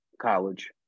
college